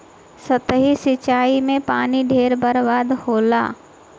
सतही सिंचाई में पानी ढेर बर्बाद होला